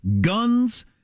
guns